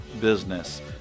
business